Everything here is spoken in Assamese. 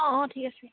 অঁ অঁ ঠিক আছে